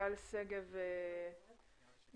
גל שגב איתנו.